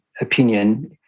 opinion